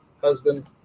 husband